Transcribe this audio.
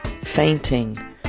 fainting